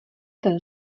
ten